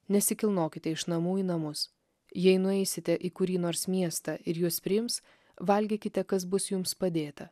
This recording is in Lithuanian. nesikilnokite iš namų į namus jei nueisite į kurį nors miestą ir jus priims valgykite kas bus jums padėta